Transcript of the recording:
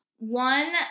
One